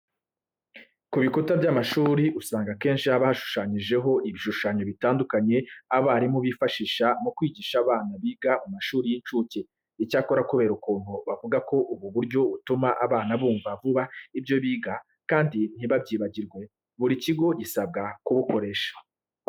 Ku bikuta by'amashuri usanga akenshi haba hashushanyijeho ibishushanyo bitandukanye abarimu bifashisha mu kwigisha bana biga mu mashuri y'incuke. Icyakora kubera ukuntu bavuga ko ubu buryo butuma abana bumva vuba ibyo biga kandi ntibabyibagirwe, buri kigo gisabwa kubukoresha.